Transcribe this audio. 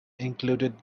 included